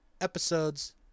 episodes